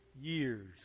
years